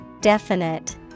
Definite